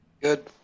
Good